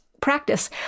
practice